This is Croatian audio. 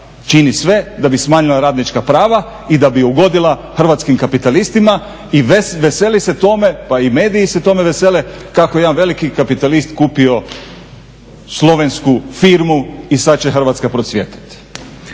čini sve da bi smanjila radnička prava i da bi ugodila hrvatskim kapitalistima. I veseli se tome, pa i mediji se tome vesele, kao jedan veliki kapitalist kupio slovensku firmu i sad će Hrvatska procvjetati.